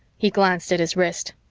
he glanced at his wrist.